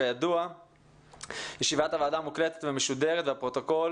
כידוע ישיבת הוועדה מוקלטת ומשודרת והפרוטוקול